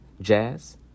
jazz